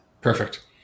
Perfect